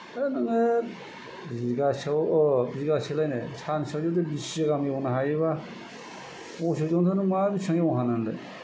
आरो नोङो बिगासेयाव बिगासेलायनो सानसेयावनो बिस बिगा गाहाम एवनो हायोबा मोसौजोंथ' नों मा बेसेबां एवनो हानो नोंलाय